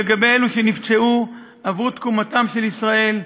לגבי אלה שנפצעו בעבור תקומתה של ישראל,